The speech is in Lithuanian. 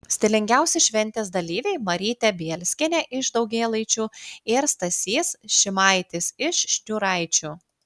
stilingiausi šventės dalyviai marytė bielskienė iš daugėlaičių ir stasys šimaitis iš šniūraičių